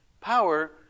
Power